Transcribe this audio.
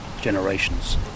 generations